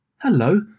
Hello